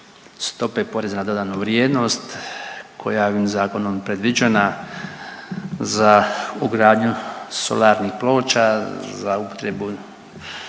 stope poreza na dodanu vrijednost koja je ovim Zakonom predviđena za ugradnju solarnih ploča, za upotrebu